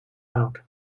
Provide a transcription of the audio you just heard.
out